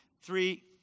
Three